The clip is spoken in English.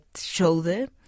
shoulder